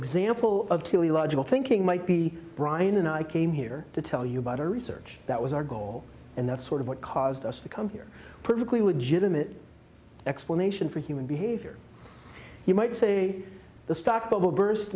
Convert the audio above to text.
example of to logical thinking might be brian and i came here to tell you about our research that was our goal and that's sort of what caused us to come here perfectly legitimate explanation for human behavior you might say the stock bubble burst